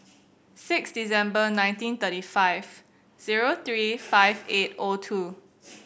six December nineteen thirty five zero three five eight O two